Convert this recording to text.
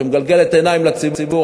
שמגלגלת עיניים לציבור.